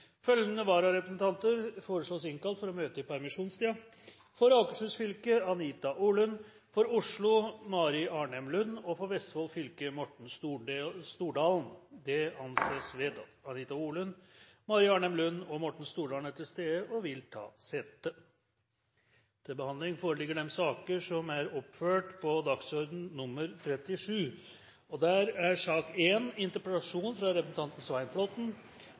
Følgende vararepresentanter innkalles for å møte i permisjonstiden: For Akershus fylke: Anita OrlundFor Oslo: Mari Lund ArnemFor Vestfold fylke: Morten Stordalen Anita Orlund, Mari Lund Arnem og Morten Stordalen er til stede og vil ta sete. La meg få benytte anledningen til å takke for at Presidentskapet vier hele den første møtedagen i dette året til min interpellasjon.